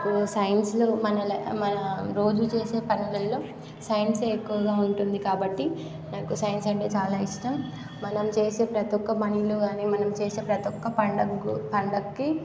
నాకు సైన్స్లో మన మన రోజు చేసే పనులలో సైన్సె ఎక్కువగా ఉంటుంది కాబట్టి నాకు సైన్స్ అంటే చాలా ఇష్టం మనం చేసే ప్రతీ ఒక్క పనిలో కానీ మనం చేసే ప్రతీ ఒక్క పండగకి పండగకి